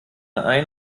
ein